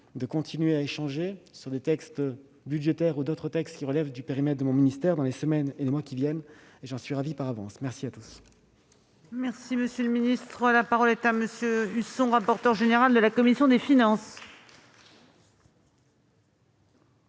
de continuer à échanger sur des textes budgétaires, ou d'autres textes relevant du périmètre de mon ministère, dans les semaines et les mois qui viennent. J'en suis ravi par avance. La parole